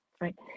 right